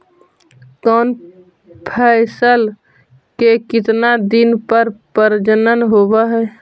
कौन फैसल के कितना दिन मे परजनन होब हय?